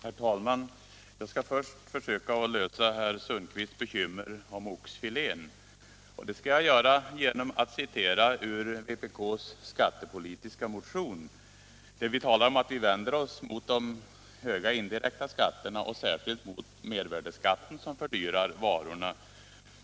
Herr talman! Jag skall först försöka lösa herr Sundkvists problem när det gällde oxfilén. Det skall jag göra genom att referera till vpk:s skattepolitiska motion, där vi talar om att vi vänder oss mot de höga indirekta skatterna och särskilt mot mervärdeskatten som fördyrar varorna.